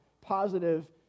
positive